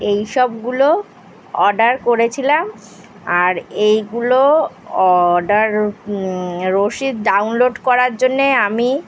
এইসবগুলো অর্ডার করেছিলাম আর এইগুলো অর্ডার রশিদ ডাউনলোড করার জন্যে আমি